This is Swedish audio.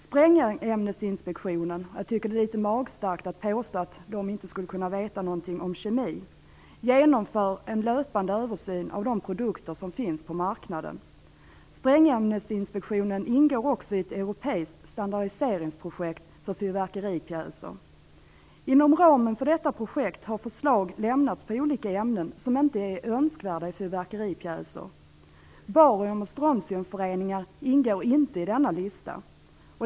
Sprängämnesinspektionen genomför en löpande översyn av de produkter som finns på marknaden. Jag tycker att det är litet magstarkt att anföra att det i inspektionen inte skulle finnas någon kunskap om kemi. Sprängämnesinspektionen ingår också i ett europeiskt standardiseringsprojekt för fyrverkeripjäser. Inom ramen för detta projekt har förslag lämnats på olika ämnen som inte är önskvärda i fyrverkeripjäser. Barium och strontiumföreningar ingår inte i denna lista.